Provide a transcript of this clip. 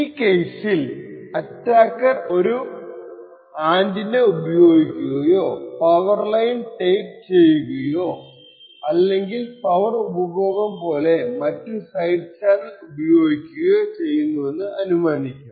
ഈ കേസിൽ അറ്റാക്കർ ഒരു ആൻറ്റെന്ന ഉപയോഗിക്കുകയോ പവർ ലൈൻ ടേപ്പ് ചെയ്യുകയോ അല്ലെങ്കിൽ പവർ ഉപഭോഗം പോലത്തെ മറ്റു സൈഡ് ചാനൽ ഉപയോഗിക്കുകയോ ചെയ്യുന്നുവെന്ന് അനുമാനിക്കാം